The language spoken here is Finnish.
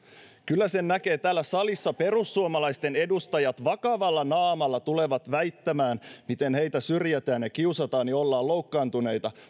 kyllä sen näkee täällä salissa perussuomalaisten edustajat vakavalla naamalla tulevat väittämään miten heitä syrjitään ja kiusataan ja ollaan loukkaantuneita